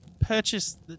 purchase